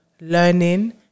learning